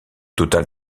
total